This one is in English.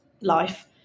life